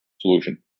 solution